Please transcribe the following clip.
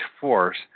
force